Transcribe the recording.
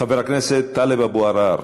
חבר הכנסת טלב אבו עראר,